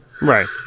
Right